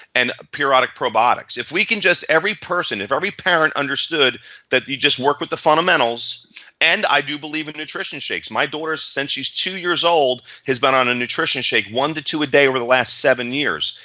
and periodic probiotics. if we can just every person, if every parent understood that you just work with the fundamentals and i do believe in nutrition shakes. my daughter since she's two years old has been on a nutrition shake one to two a day over the last seven years.